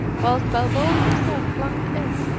whilst balboa himself plunged in,